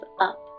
up